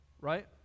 right